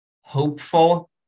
hopeful